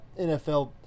NFL